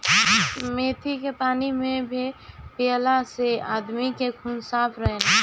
मेथी के पानी में भे के पियला से आदमी के खून साफ़ रहेला